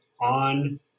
on